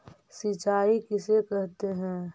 सिंचाई किसे कहते हैं?